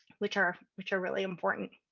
which are which are really important.